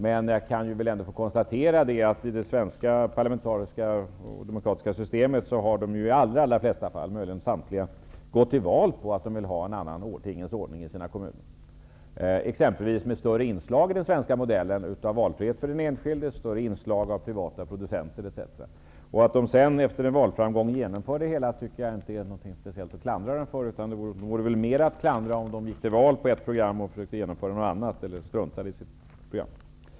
Men jag kan ändå konstatera att dessa borgerliga kommunalpolitiker i det svenska parlamentariska och demokratiska systemet i de allra flesta fall, möjligen i samtliga, har gått till val på att de vill ha en annan tingens ordning i sina kommuner. Det gäller t.ex. större inslag i den svenska modellen av valfrihet för den enskilde, större inslag av privata producenter, etc. Att de sedan efter en valframgång genomför det hela tycker jag inte är något som man kan klandra dem för. Det skulle väl finnas större anledning att klandra dem om de hade gått till val på ett program och försökte genomföra något annat eller struntade i sitt program.